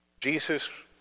Jesus